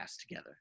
together